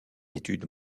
études